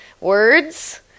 words